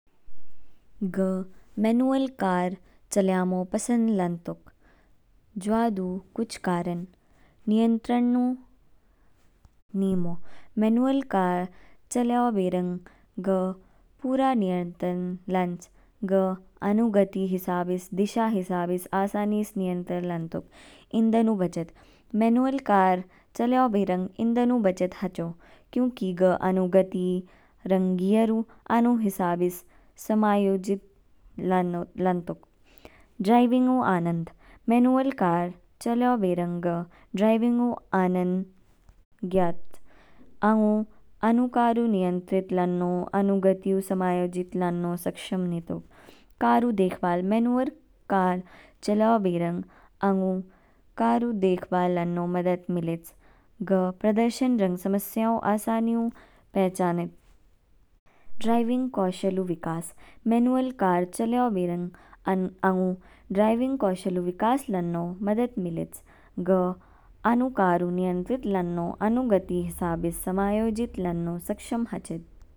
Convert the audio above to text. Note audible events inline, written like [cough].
ग manual car चलायामो पसंद लंतुक। ज्वा दू कुछ कारण नियंत्रणु नेमो, मैन्युअल कार चलाया बेरंग ग पूरा नियंत्रण लंच। ग आनु गति हिसाबेस, दिशा हिसाबेस आसानीस नियंत्रण लानतोक। इंधनू बचत मैनुअल कार चाल्यो बेरंग इंधनू बचत हाचो। क्योंकि ग अनु गति रँग गियर आनेनु हिसाबीस समायोजित [hesitation] लानटुक। ड्राइविंगु आनंद मैनुअल कार चलयो बेरंगा ग ड्राइविंगो आनंद ज्ञात। आंगु अणुकारू नियंत्रित लन्नो, अनुगतिव समायोजित लन्नो सक्षम नीतू। कारु देखभाल मनुवल कार चला बेरंग अन्हू, कारु देखबाल लन्नो मदद मिलेच। ग प्रदर्शन रंग समस्याओं आसानियों पहचानें। ड्राइविंग कौशल ऊ विकास, मैनुअल कार चाल्यो बेरंग [hesitation] आगू ड्राइविंग कौशल विकास लानों मदद मिलेच। गा आनू कार रु नियंत्रित लानमो आनू गति हिसाबीस समायोजित लान्नो सक्षम हचिद।